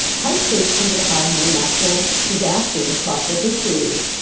tight states tended to have more natural disasters across their histories,